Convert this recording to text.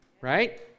Right